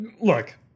Look